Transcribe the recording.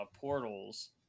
portals